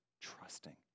trusting